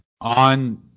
On